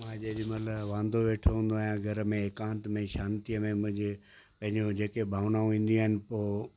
मां जेॾीमहिल वांदो वेठो हूंदो आहियां घर में एकांत में शांतीअ में मुंहिंजे पंहिंजो जेके भावनाऊं ईंदियूं आहिनि पोइ